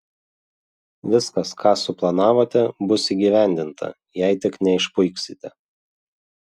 viskas ką suplanavote bus įgyvendinta jei tik neišpuiksite